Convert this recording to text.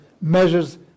measures